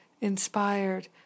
inspired